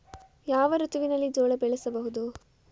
ಯಾವ ಋತುವಿನಲ್ಲಿ ಜೋಳ ಬೆಳೆಸಬಹುದು?